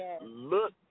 look